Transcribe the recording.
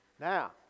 now